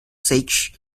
sage